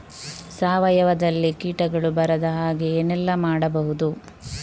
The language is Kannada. ಸಾವಯವದಲ್ಲಿ ಕೀಟಗಳು ಬರದ ಹಾಗೆ ಏನೆಲ್ಲ ಮಾಡಬಹುದು?